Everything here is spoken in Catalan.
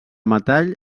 metall